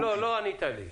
לא ענית לי.